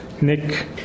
Nick